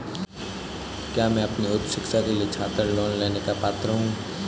क्या मैं अपनी उच्च शिक्षा के लिए छात्र लोन लेने का पात्र हूँ?